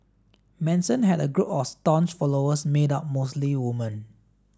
Manson had a group of staunch followers made up mostly woman